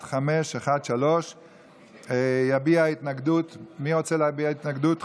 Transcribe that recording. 12 בעד, אין מתנגדים ואין נמנעים.